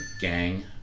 Gang